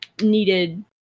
needed